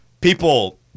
people